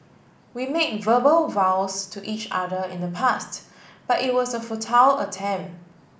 we made verbal vows to each other in the past but it was a futile attempt